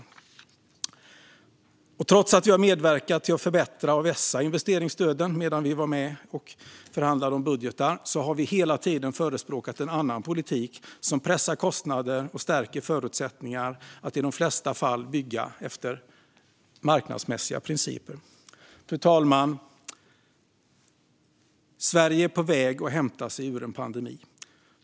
Trots att Centerpartiet har medverkat till att förbättra och vässa investeringsstöden medan vi var med och förhandlade om budgetar har vi hela tiden förespråkat en annan politik, som pressar kostnader och stärker förutsättningar att i de flesta fall bygga efter marknadsmässiga principer. Fru talman! Sverige är på väg att hämta sig ur en pandemi.